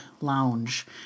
Lounge